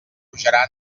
pujarà